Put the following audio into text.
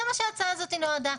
לזה ההצעה נועדה.